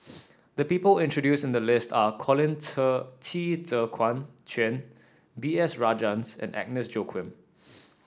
the people introduce in the list are Colin Qi Zhe Quan B S Rajhans and Agnes Joaquim